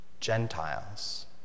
Gentiles